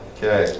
Okay